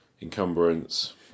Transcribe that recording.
encumbrance